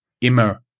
IMMER